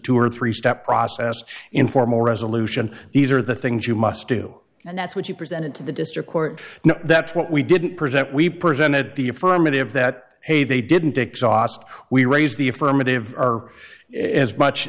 two or three step process in formal resolution these are the things you must do and that's what you presented to the district court and that's what we didn't present we presented the affirmative that hey they didn't exhaust we raised the affirmative or it as much